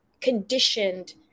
conditioned